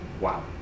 wow